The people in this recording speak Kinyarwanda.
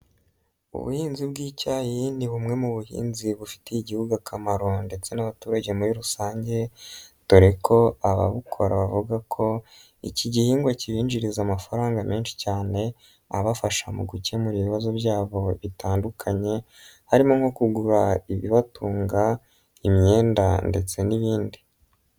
Ubuhinzi bw'icyayi ni bumwe mu buhinzi bufitiye igihugu akamaro ndetse n'abaturage muri rusange dore ko ababukora bavuga ko iki gihingwa kiyinjiriza amafaranga menshi cyane abafasha mu gukemura ibibazo byabo bitandukanye harimo nko kugura ibibatunga, imyenda ndetse n'ibindi.